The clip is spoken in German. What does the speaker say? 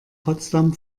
potsdam